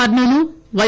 Kurnool why